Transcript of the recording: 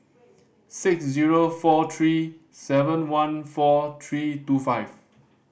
six zero four three seven one four three two five